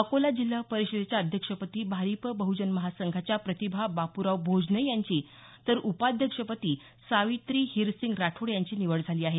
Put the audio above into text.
अकोला जिल्हा परिषदेच्या अध्यक्षपदी भारीप बहुजन महासंघाच्या प्रतिभा बापूराव भोजने यांची तर उपाध्यक्षपदी सावित्री हिरसिंग राठोड यांची निवड झाली आहे